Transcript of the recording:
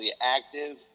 active